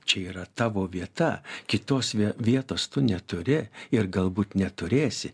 čia yra tavo vieta kitos vietos tu neturi ir galbūt neturėsi